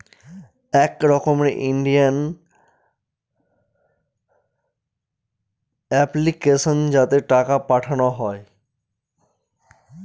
এক রকমের Indian application যাতে টাকা পাঠানো হয়